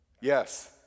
Yes